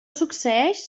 succeeix